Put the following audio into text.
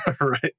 right